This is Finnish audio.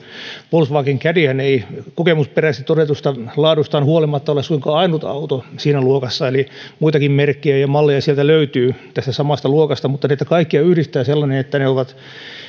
volkswagen caddyhän ei kokemusperäisesti todetusta laadustaan huolimatta ole suinkaan ainut auto siinä luokassa eli muitakin merkkejä ja malleja löytyy tästä samasta luokasta mutta niitä kaikkia yhdistää sellainen että ne ovat